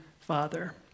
Father